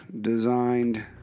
designed